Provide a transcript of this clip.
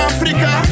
Africa